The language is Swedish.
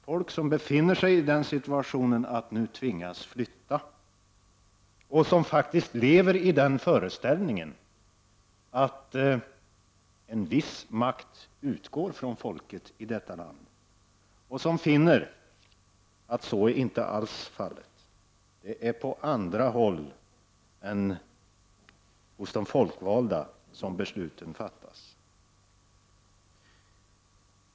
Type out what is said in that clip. Folk som befinner sig i den situationen att de tvingas flytta och som faktiskt lever i den föreställningen att en viss makt utgår från folket i detta land finner att så inte alls är fallet. Det är på andra håll än hos de folkvalda som besluten fattas.